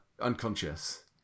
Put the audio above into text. unconscious